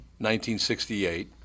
1968